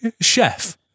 chef